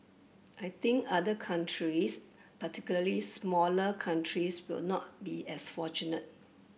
I think other countries particularly smaller countries will not be as fortunate